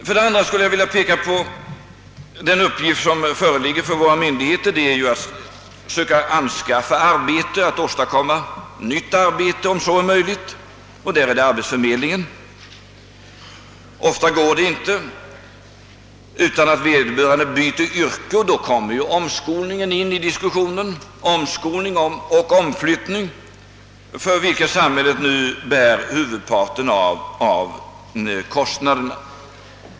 För det andra är det våra myndigheters — och då främst arbetsförmedlingarnas — uppgift att försöka anvisa nytt arbete. Ofta är detta omöjligt på annat sätt än att vederbörande byter yrke, och där kommer omskolningen och omflyttningen in i diskussionen. För de verksamheterna bär samhället i dag huvudparten av kostnaderna.